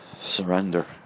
surrender